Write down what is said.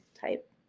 type